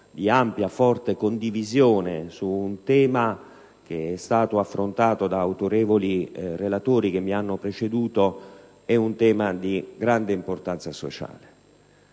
di ampia e forte condivisione su un tema, affrontato da autorevoli relatori che mi hanno preceduto, di grande importanza sociale.